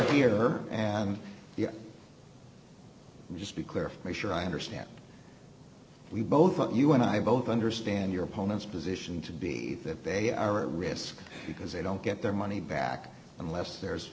here and the just be clear make sure i understand we both of you and i both understand your opponent's position to be that they are at risk because they don't get their money back unless there's